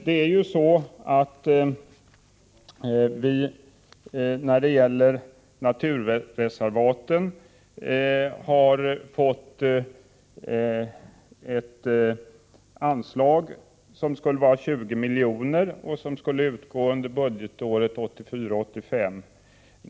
Det är ju så att vi när det gäller naturreservaten får ett anslag som skulle vara på 20 milj.kr. och som skulle utgå under budgetåret 1984/85.